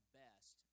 best